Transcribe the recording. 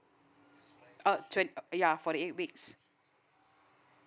uh ya forty eight weeks